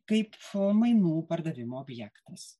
kaip f mainų pardavimo objektas